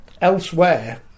Elsewhere